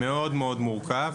מאוד מאוד מורכב,